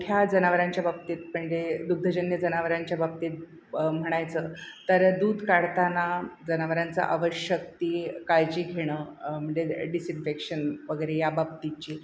मोठ्या जनावरांच्या बाबतीत म्हणजे दुग्धजन्य जनावरांच्या बाबतीत म्हणायचं तर दूध काढताना जनावरांचं आवश्यक ती काळजी घेणं म्हणजे डिसइन्फेक्शन वगैरे याबाबतीतची